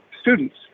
students